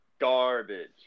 Garbage